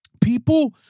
people